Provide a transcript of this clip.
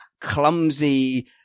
clumsy